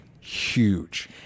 huge